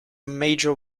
major